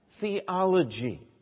theology